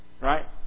Right